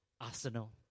arsenal